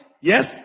yes